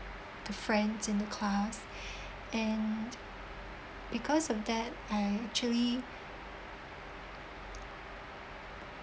the friend in the class and because of that I actually